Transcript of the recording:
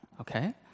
okay